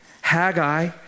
Haggai